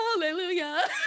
hallelujah